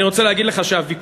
אני רוצה להגיד לך שהוויכוח,